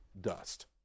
dust